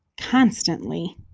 constantly